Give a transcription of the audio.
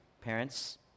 Parents